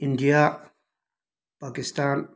India Pakistan